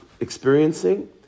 experiencing